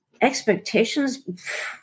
expectations